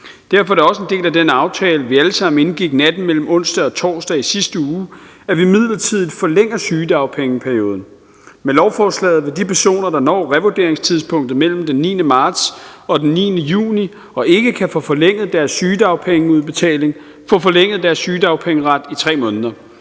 Derfor er det også en del af den aftale, vi alle sammen indgik natten mellem onsdag og torsdag i sidste uge, at vi midlertidigt forlænger sygedagpengeperioden. Med lovforslaget vil de personer, der når revurderingstidspunktet mellem den 9. marts og den 9. juni og ikke kan få forlænget deres sygedagpengeudbetaling, få forlænget deres sygedagpengeret i 3 måneder.